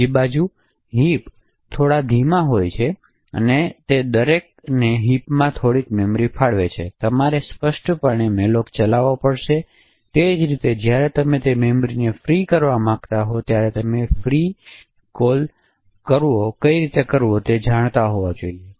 બીજી બાજુ હિપ ખૂબ ધીમી હોય છે દરેકને હિપમાં થોડીક મેમરી ફાળવે છે તમારે સ્પષ્ટપણે mallocચલાવવો પડશે અને તે જ રીતે જ્યારે તમે તે મેમરીને ફ્રી કરવા માંગતા હોવ ત્યારે ફ્રી કોલ કેવી રીતે કરવો તે જાણતા હોવા જોઇયે